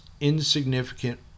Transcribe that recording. insignificant